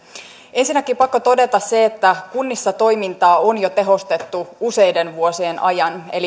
ensinnäkin on pakko todeta se että kunnissa toimintaa on jo tehostettu useiden vuosien ajan eli